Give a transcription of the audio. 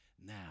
now